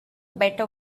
better